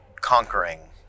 conquering